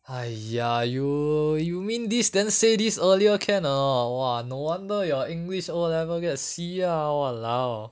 !aiya! you you mean this then say this earlier can or not no wonder your english O level gets C lah !walao!